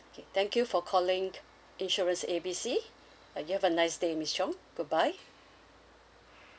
okay thank you for calling insurance A B C uh you have a nice day miss chong goodbye